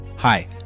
Hi